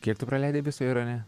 kiek tu praleidai visą irane